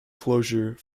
closure